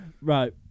Right